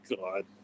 God